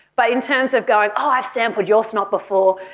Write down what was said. but in terms of going, oh, i've sampled your snot before,